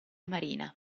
marina